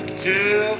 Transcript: two